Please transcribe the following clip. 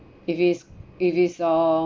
if it's if it's uh